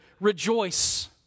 rejoice